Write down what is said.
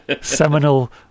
Seminal